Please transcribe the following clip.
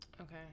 Okay